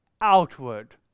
outward